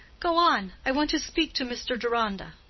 go on! i want to speak to mr. deronda.